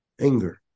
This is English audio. anger